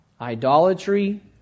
idolatry